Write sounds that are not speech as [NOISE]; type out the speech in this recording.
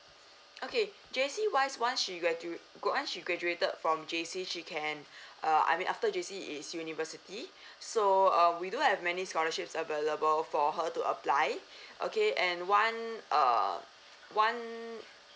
[BREATH] okay J_C wise once she gradua~ gra~ once she graduated from J_C she can [BREATH] uh I mean after J_C is university [BREATH] so uh we do have many scholarships available for her to apply [BREATH] okay and one uh one